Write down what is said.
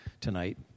tonight